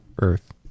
Earth